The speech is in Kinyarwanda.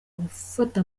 gufata